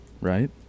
right